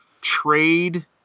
trade